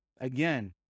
Again